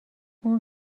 اون